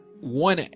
one